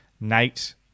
Nate